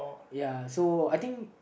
ya so I think